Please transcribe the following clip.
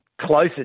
Closer